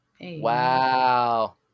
Wow